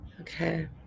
Okay